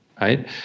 right